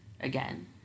again